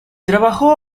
trabajó